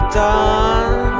done